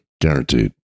Guaranteed